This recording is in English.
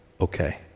okay